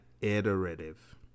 iterative